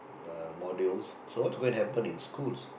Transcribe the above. uh modules so what's going to happen in schools